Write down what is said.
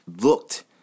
looked